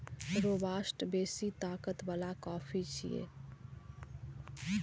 robusta बेसी ताकत बला कॉफी छियै